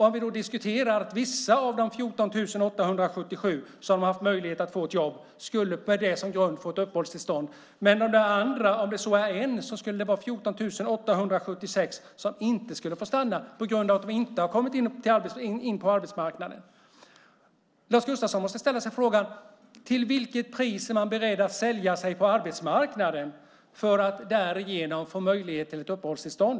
Vi kan då diskutera att vissa av de 14 877 som har haft möjlighet att få ett jobb med det som grund skulle få ett uppehållstillstånd. Men om det är en skulle det vara 14 876 som inte skulle få stanna på grund av att de inte har kommit in på arbetsmarknaden. Lars Gustafsson måste ställa sig frågan: Till vilket pris är man beredd att sälja sig på arbetsmarknaden för att därigenom få möjlighet till ett uppehållstillstånd?